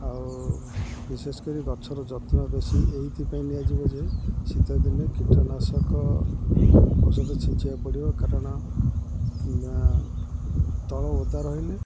ଆଉ ବିଶେଷ କରି ଗଛର ଯତ୍ନ ବେଶୀ ଏଇଥିପାଇଁ ନିଆଯିବ ଯେ ଶୀତଦିନେ କୀଟନାଶକ ଔଷଧ ଛିଞ୍ଚିବାକୁ ପଡ଼ିବ କାରଣ ତଳ ଓଦା ରହିଲେ